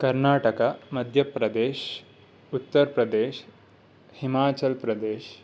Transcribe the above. कर्णाटका मध्यप्रदेशः उत्तरप्रदेशः हिमाचलप्रदेशः